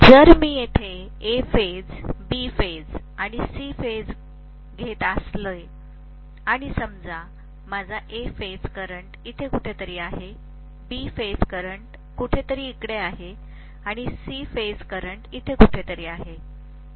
जर मी येथे A फेज B फेज आणि C फेज इथं घेत असलो आणि समजा माझा A फेज करंट कुठेतरी इथे आहे B फेज करंट कुठेतरी इकडे आहे आणि C फेज करंट इथं कुठेतरी आहे